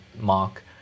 mark